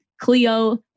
Cleo